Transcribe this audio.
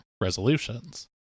resolutions